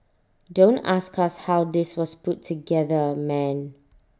don't ask us how this was put together man